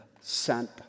sent